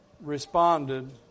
responded